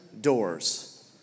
doors